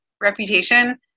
reputation